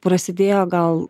prasidėjo gal